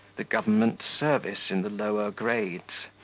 the government service in the lower grades,